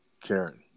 Karen